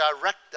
direct